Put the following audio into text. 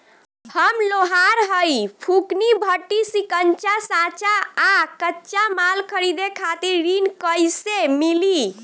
हम लोहार हईं फूंकनी भट्ठी सिंकचा सांचा आ कच्चा माल खरीदे खातिर ऋण कइसे मिली?